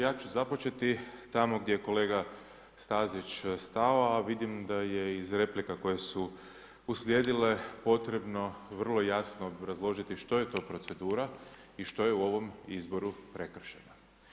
Ja ću započeti, tamo gdje je kolega Stazić stao, a vidim da je iz replika, koje su uslijedile, potrebne vrlo jasno obrazložiti što je to procedura i što je u ovom izboru prekršena.